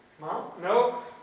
no